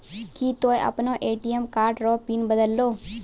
की तोय आपनो ATM card रो पिन बदलहो